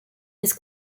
his